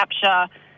capture